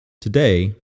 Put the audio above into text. Today